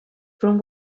from